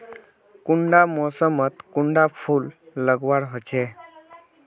कुंडा मोसमोत कुंडा फुल लगवार होछै?